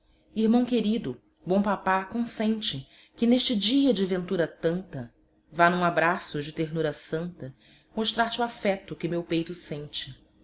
irmão querido bom papa consente que neste dia de ventura tanta vá num abraço de ternura santa mostrar-te o afeto que meu peito sente